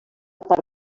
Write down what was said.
part